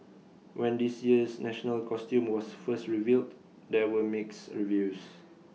when this year's national costume was first revealed there were mixed reviews